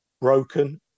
broken